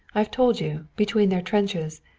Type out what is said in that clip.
i have told you between their trenches.